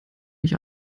mich